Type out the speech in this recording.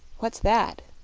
what's that?